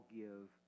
give